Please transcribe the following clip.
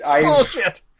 Bullshit